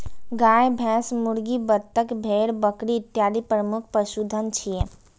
गाय, भैंस, मुर्गी, बत्तख, भेड़, बकरी इत्यादि प्रमुख पशुधन छियै